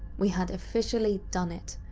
we had officially done it.